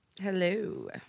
Hello